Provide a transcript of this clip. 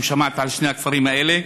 אם שמעת על שני הכפרים האלה.